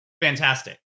Fantastic